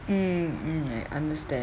mm mm I understand